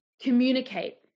communicate